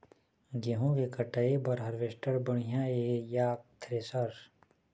गेहूं के कटाई बर हारवेस्टर बढ़िया ये या थ्रेसर?